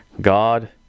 God